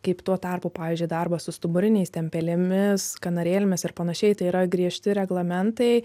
kaip tuo tarpu pavyzdžiui darbas su stuburiniais ten pelėmis kanarėlėmis ir panašiai tai yra griežti reglamentai